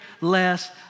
less